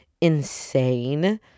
insane